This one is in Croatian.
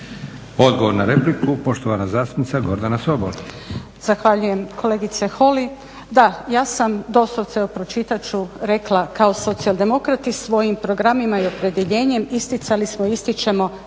Odgovor na repliku poštovana zastupnica Gordana Sobol.